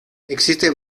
existen